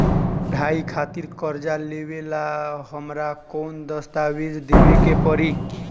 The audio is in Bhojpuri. पढ़ाई खातिर कर्जा लेवेला हमरा कौन दस्तावेज़ देवे के पड़ी?